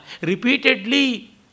Repeatedly